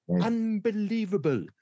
Unbelievable